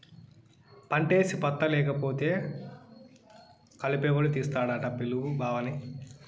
పంటేసి పత్తా లేకపోతే కలుపెవడు తీస్తాడట పిలు బావని